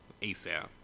ASAP